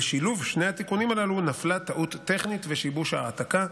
ובשילוב שני התיקונים הללו נפלה טעות טכנית ושיבוש העתקה,